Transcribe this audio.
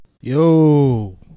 Yo